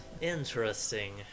Interesting